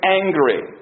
angry